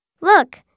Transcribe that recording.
Look